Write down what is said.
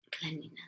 cleanliness